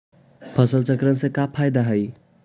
फसल चक्रण से का फ़ायदा हई?